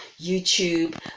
YouTube